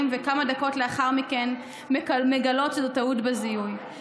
וכמה דקות לאחר מכן מגלות שזו טעות בזיהוי,